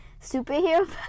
superhero